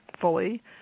fully